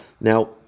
Now